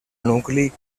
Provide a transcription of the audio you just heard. nucli